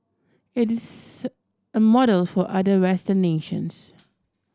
it a model for other Western nations